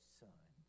son